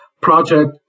project